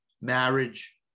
marriage